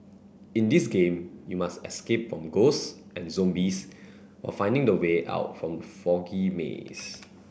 in this game you must escape from ghosts and zombies while finding the way out from foggy maze